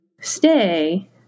stay